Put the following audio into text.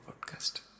podcast